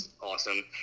awesome